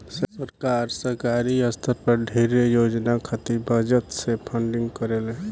सरकार, सरकारी स्तर पर ढेरे योजना खातिर बजट से फंडिंग करेले